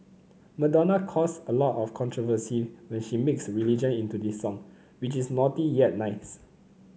Madonna caused a lot of controversy when she mixed religion into this song which is naughty yet nice